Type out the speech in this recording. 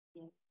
Yes